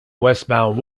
westbound